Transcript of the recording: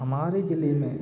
हमारे जिले में